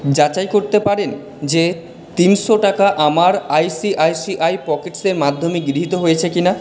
যাচাই করতে পারেন যে তিনশো টাকা আমার আইসিআইসিআই পকেটসের মাধ্যমে গৃহীত হয়েছে কি না